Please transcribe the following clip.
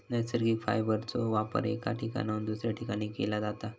नैसर्गिक फायबरचो वापर एका ठिकाणाहून दुसऱ्या ठिकाणी केला जाता